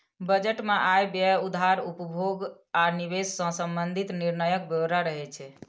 budget मे आय, व्यय, उधार, उपभोग आ निवेश सं संबंधित निर्णयक ब्यौरा रहै छै